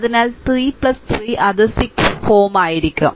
അതിനാൽ 3 3 അത് 6Ω ആയിരിക്കും